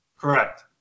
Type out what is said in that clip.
Correct